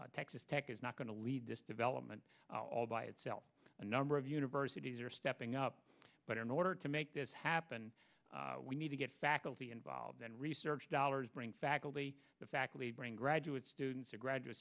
texas tech is not going to lead this development all by itself a number of universities we're stepping up but in order to make this happen we need to get faculty involved in research dollars bring faculty faculty bring graduate students who graduate